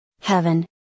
Heaven